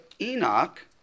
Enoch